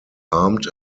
armed